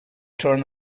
turn